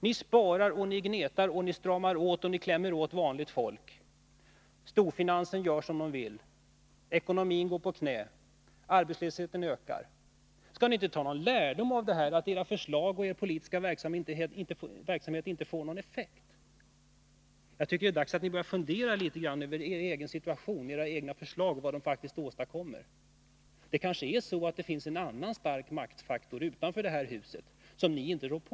Ni sparar och gnetar, stramar till och klämmer åt vanligt folk, men storfinansen gör som den vill. Ekonomin går ner på knä. Arbetslösheten ökar. Skall ni inte ta lärdom av att era förslag och er politiska verksamhet inte får någon effekt? Jag tycker det är dags att ni börjar fundera litet över er egen situation och era egna förslag och vad ni faktiskt har åstadkommit. Det kanske är så att det finns en annan stark maktfaktor utanför det här huset som ni inte rår på?